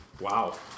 wow